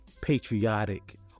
patriotic